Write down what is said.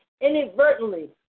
inadvertently